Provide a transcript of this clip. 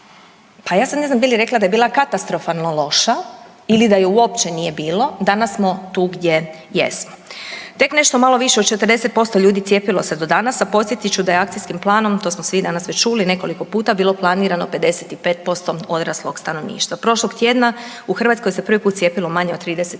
pa ja sad ne znam bi li rekla da je bila katastrofalno loša ili da je uopće nije bilo, danas smo tu gdje jesmo. Tek nešto malo više od 40% ljudi cijepilo se do danas a podsjetit ću da je Akcijskom planom, to smo svi danas već čuli nekoliko puta, bilo planirano 55% odraslog stanovništva. Prošlog tjedna u Hrvatskoj se prvi put cijepilo manje od 30.000